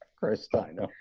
Christina